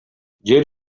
жер